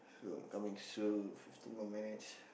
coming soon fifteen more minutes